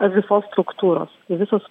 visos struktūros visas